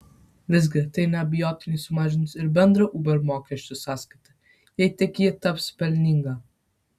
visgi tai neabejotinai sumažins ir bendrą uber mokesčių sąskaitą jei tik ji taps pelninga